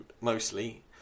mostly